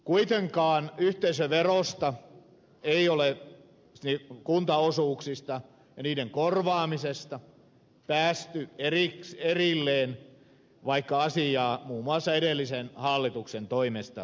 kuitenkaan yhteisöverossa ei ole kuntaosuuksista ja niiden korvaamisesta päästy erilleen vaikka asiaa muun muassa edellisen hallituksen toimesta tutkittiin